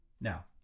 Now